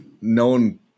known